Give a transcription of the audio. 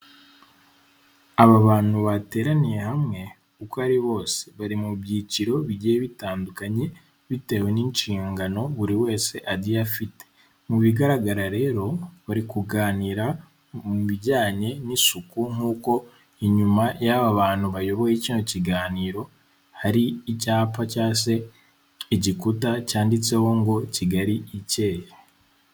Aba bantu bateraniye hamwe uko ari bose bari mu byiciro bigiye bitandukanye bitewe n'inshingano buri wese agiye afite. Mu bigaragara rero bari kuganira mu bijyanye n'isuku nk'uko inyuma y'aba bantu bayoboye kino kiganiro hari icyapa cyangwa se igikuta cyanditseho ngo Kigali ikeye.